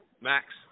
Max